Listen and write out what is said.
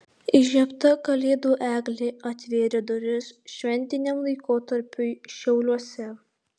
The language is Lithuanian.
įžiebta kalėdų eglė atvėrė duris šventiniam laikotarpiui šiauliuose